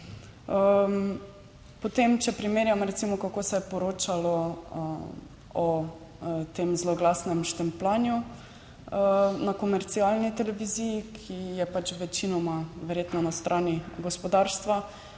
Potem, če primerjamo recimo, kako se je poročalo o tem zloglasnem štempljanju na komercialni televiziji, ki je pač večinoma verjetno na strani gospodarstva,